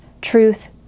truth